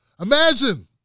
Imagine